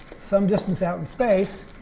some distance out in space,